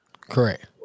Correct